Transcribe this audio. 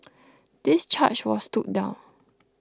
this charge was stood down